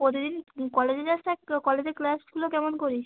প্রতিদিন কলেজে যাস টাস কলেজে ক্লাসগুলো কেমন করিস